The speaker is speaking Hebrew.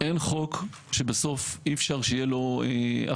אין חוק שבסוף אי אפשר שתהיה לו אכיפה.